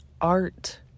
art